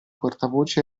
portavoce